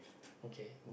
okay